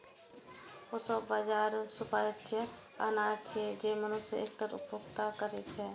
proso बाजारा सुपाच्य अनाज छियै, तें मनुष्य एकर उपभोग करै छै